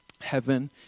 Heaven